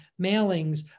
mailings